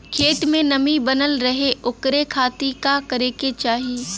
खेत में नमी बनल रहे ओकरे खाती का करे के चाही?